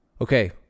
Okay